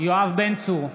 יואב בן צור,